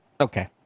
Okay